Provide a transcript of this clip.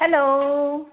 hello